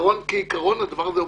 כעיקרון הדבר הזה בנפשי.